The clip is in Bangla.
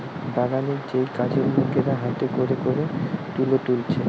বাগানের যেই কাজের লোকেরা হাতে কোরে কোরে তুলো তুলছে